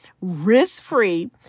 risk-free